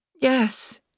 Yes